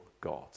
God